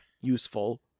useful